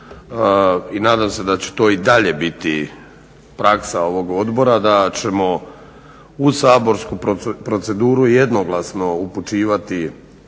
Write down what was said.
i nadam se da će to i dalje biti praksa ovog odbora da ćemo u saborsku proceduru jednoglasno upućivati